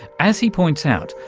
as he points out,